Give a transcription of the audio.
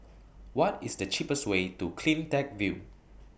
What IS The cheapest Way to CleanTech View